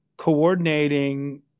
coordinating